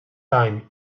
time